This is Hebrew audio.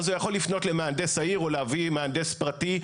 אז הוא יכול לפנות למהנדס העיר או להביא מהנדס פרטי.